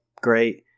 great